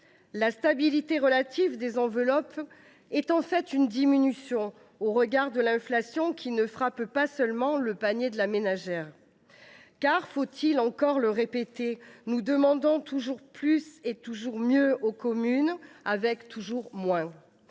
La stabilité relative des enveloppes est en fait une diminution au regard de l’inflation, qui ne frappe pas seulement le panier de la ménagère. Car, faut il encore le répéter, nous demandons toujours plus et mieux aux communes, avec toujours moins.